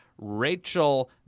Rachel